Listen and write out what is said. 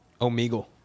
Omegle